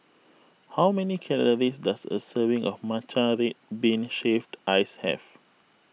how many calories does a serving of Matcha Red Bean Shaved Ice have